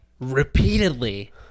repeatedly